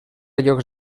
llocs